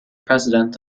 president